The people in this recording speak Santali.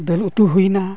ᱫᱟᱹᱞ ᱩᱛᱩ ᱦᱩᱭᱮᱱᱟ